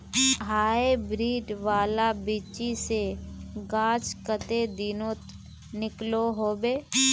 Hybrid वाला बिच्ची से गाछ कते दिनोत निकलो होबे?